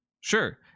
sure